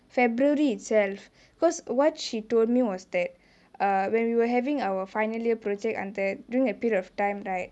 february itself because what she told me was that err when we were having our final year project under during that period of time right